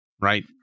Right